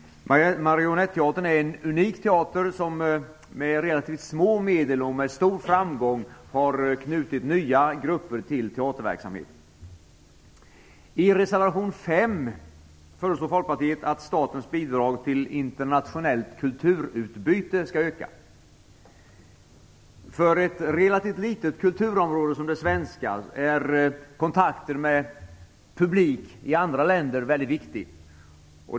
Marionetteatern är en unik teater som med relativt små medel och med stor framgång har knutit nya grupper till teaterverksamhet. I reservation 5 föreslår Folkpartiet att statens bidrag till internationellt kulturutbyte skall öka. För ett relativt litet kulturområde, som det svenska, är kontakten med publik i andra länder viktig.